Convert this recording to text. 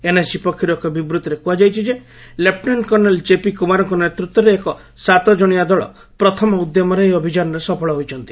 NSG ପକ୍ଷରୁ ଏକ ବିବୃଭିରେ କୁହାଯାଇଛି ଯେ ଲେପୂନାଣ୍ଟ କର୍ଣ୍ଣେଲ୍ ଜେପି କୁମାରଙ୍କ ନେତୃତ୍ୱରେ ଏକ ସାତ ଜଣିଆ ଦଳ ପ୍ରଥମ ଉଦ୍ୟମରେ ଏହି ଅଭିଯାନରେ ସଫଳ ହୋଇଛନ୍ତି